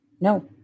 No